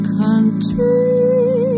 country